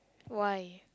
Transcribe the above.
why